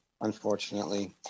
unfortunately